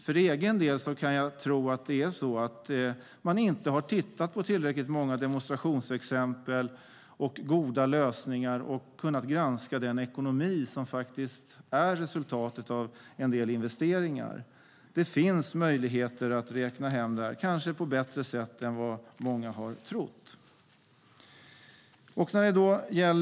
För egen del kan jag tro att man inte har tittat på tillräckligt många demonstrationsexempel och goda lösningar och kunnat granska den ekonomi som är resultatet av en del investeringar. Det finns möjligheter att räkna hem detta, kanske på ett bättre sätt än vad många har trott.